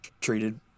treated